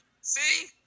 see